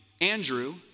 Andrew